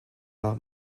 par